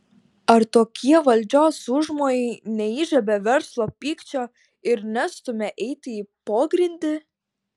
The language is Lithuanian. ar tokie valdžios užmojai neįžiebia verslo pykčio ir nestumia eiti į pogrindį